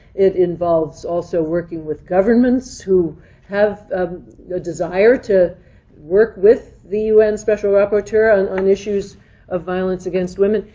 it involves also working with governments who have a desire to work with the un special rapporteur on on issues of violence against women.